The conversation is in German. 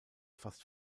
fast